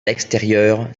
l’extérieur